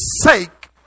sake